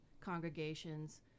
congregations